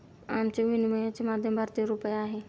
आमचे विनिमयाचे माध्यम भारतीय रुपया आहे